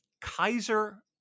Kaiser